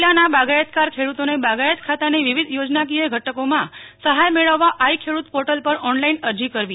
કચ્છ જીલ્લાના બાગાયતદાર ખેડુતોને બાગાયત ખાતાની વિવિધ યોજનાકીય ઘટકોમાં સહાય મેળવવા આઇ ખેડૂત પોર્ટલ પર ઓનલાઇન અરજી કરવી